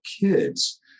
kids